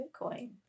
Bitcoin